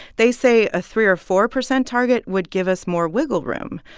they say a three or four percent target would give us more wiggle room.